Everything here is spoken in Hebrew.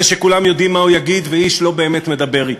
זה שכולם יודעים מה הוא יגיד ואיש לא באמת מדבר אתו.